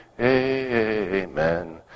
amen